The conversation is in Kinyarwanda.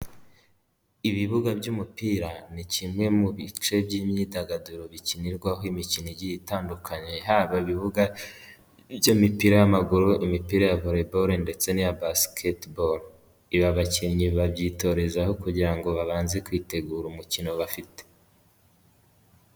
Ibibuga by'umupira ni kimwe mu bice by'imyidagaduro bikinirwaho imikino itandukanye, haba ibibuga by'imipira y'amaguru, imipira ya voriboro ndetse n'iya basikibaro, ibi abakinnyi babyitorezaho kugira ngo babanze kwitegura umukino bafite.